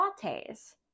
lattes